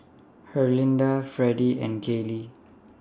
Herlinda Freddie and Caylee